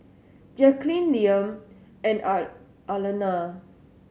Jacqulyn Liam and are Arlena